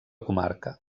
comarca